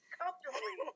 comfortably